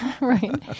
Right